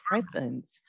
presence